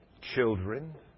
children